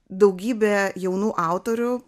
daugybė jaunų autorių